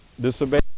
disobey